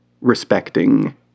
respecting